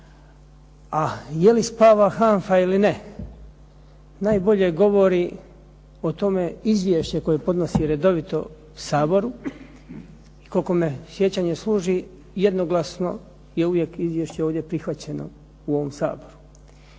A je li spava HANFA ili ne, najbolje govori o tome izvješće koje podnosi redovito Saboru i koliko me sjećanje služi jednoglasno je uvijek izvješće ovdje prihvaćeno u ovom Saboru.